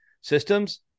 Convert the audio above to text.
systems